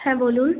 হ্যাঁ বলুন